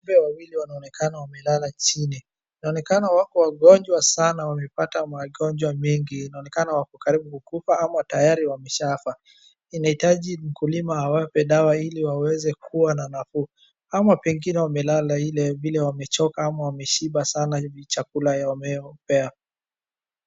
Ng'ombe wawili wanaonekana wamelala chini. Inaonekana wapo wagonjwa sana, wamepata magonjwa mengi, inaonekana wako karibu kufa ama tayari wameshafa. Inahitaji mkulima awape dawa ili waweze kuwa na nafuu. Ama pengine wamelala ile vile wamechoka ama wameshiba sana chakula wamepewa.